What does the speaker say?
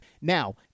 Now